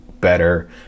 better